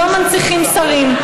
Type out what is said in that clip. לא מנציחים שרים.